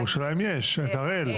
בירושלים יש את הראל.